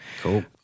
Cool